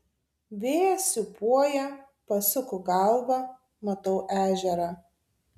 vėjas sūpuoja pasuku galvą matau ežerą